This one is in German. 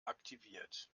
aktiviert